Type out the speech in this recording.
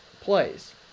plays